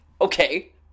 Okay